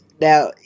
now